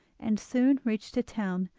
and soon reached a town,